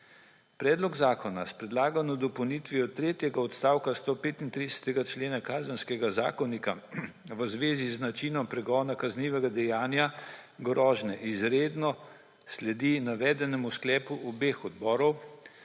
Predlog zakona s predlagano dopolnitvijo tretjega odstavka 135. člena Kazenskega zakonika v zvezi z načinom pregona kaznivega dejanja grožnje izredno sledi navedenemu sklepu obeh odborov,